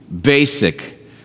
basic